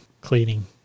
cleaning